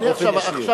אני עכשיו,